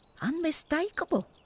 Unmistakable